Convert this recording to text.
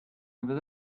over